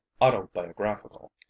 autobiographical